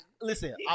listen